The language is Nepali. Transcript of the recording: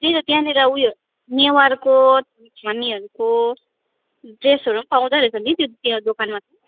त्यही त त्यहाँनिर उयो नेवारको हरूको ड्रेसहरू पनि पाउँदो रहेछ नि त्यो दोकानमा